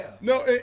No